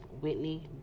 Whitney